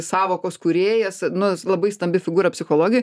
sąvokos kūrėjas nu labai stambi figūra psichologijoj